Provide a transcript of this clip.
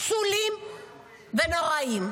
פסולים ונוראיים.